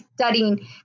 studying